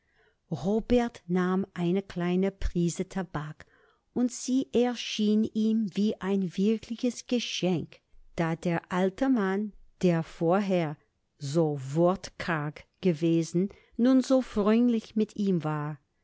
robert nahm eine kleine prise tabak und sie erschien ihm wie ein wirkliches geschenk da der alte mann der vorher so wortkarg gewesen nun so freundlich mit ihm war